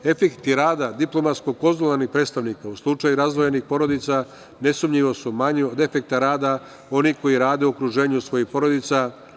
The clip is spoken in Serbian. Efekti rada diplomatsko-konzularnih predstavnika u slučaju razdvojenih porodica nesumnjivo su manji od efekta rada onih koji rade u okruženju svojih porodica.